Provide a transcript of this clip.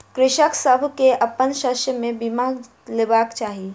कृषक सभ के अपन शस्य के बीमा करा लेबाक चाही